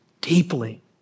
Deeply